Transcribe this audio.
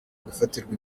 gufatirwa